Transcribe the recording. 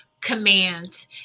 commands